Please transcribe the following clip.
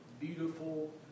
beautiful